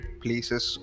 places